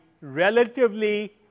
relatively